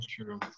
true